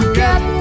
get